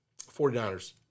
49ers